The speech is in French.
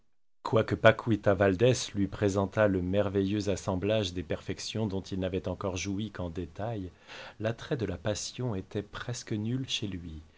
quoique paquita valdès lui présentât le merveilleux assemblage des perfections dont il n'avait encore joui qu'en détail l'attrait de la passion était presque nul chez lui